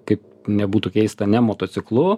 kaip nebūtų keista ne motociklu